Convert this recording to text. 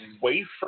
wafer